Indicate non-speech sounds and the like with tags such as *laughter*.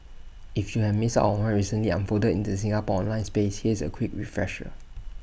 *noise* if you have missed out on what recently unfolded in the Singapore online space here's A quick refresher